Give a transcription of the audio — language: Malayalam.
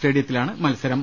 സ്റ്റേഡിയത്തിലാണ് മത്സരം